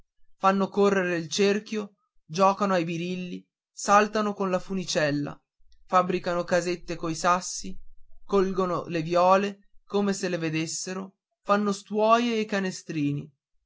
fanno correre il cerchio giocano ai birilli saltano con la funicella fabbricano casette coi sassi colgono le viole come se le vedessero fanno stuoie e canestrini